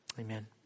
Amen